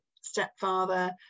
stepfather